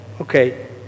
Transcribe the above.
Okay